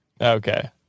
Okay